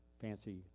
fancy